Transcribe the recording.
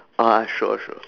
ah sure sure